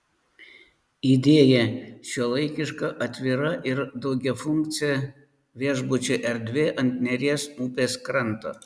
idėja šiuolaikiška atvira ir daugiafunkcė viešbučio erdvė ant neries upės kranto